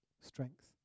strength